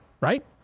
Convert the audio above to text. right